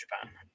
Japan